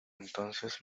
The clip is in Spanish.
entonces